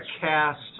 cast